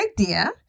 idea